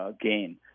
gain